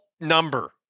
number